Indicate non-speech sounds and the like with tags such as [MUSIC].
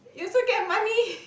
you also get money [LAUGHS]